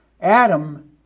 Adam